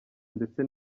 ndetse